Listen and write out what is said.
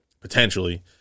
potentially